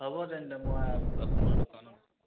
হ'ব তেন্তে মই আপোনাৰ দোকানত